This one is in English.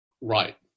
right